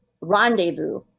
rendezvous